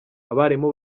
abarimu